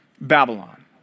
Babylon